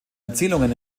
erzählungen